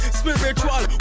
spiritual